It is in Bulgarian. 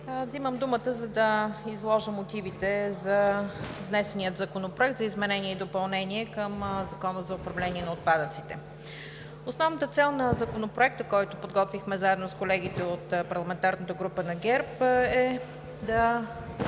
Вземам думата, за да изложа мотивите за внесения законопроект за изменение и допълнение към Закона за управление на отпадъците. Основната цел на Законопроекта, който подготвихме заедно с колегите от парламентарната група на ГЕРБ, е да